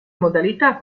modalità